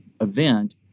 event